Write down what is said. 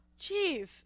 Jeez